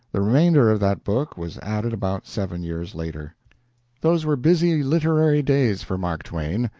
the remainder of that book was added about seven years later those were busy literary days for mark twain.